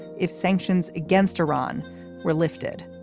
if sanctions against iran were lifted.